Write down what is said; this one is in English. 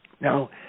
Now